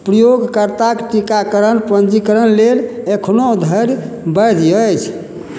प्रयोगकर्ताक टीकाकरण पंजीकरण लेल एखनो धरि वैध अछि